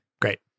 Great